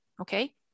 Okay